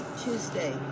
Tuesday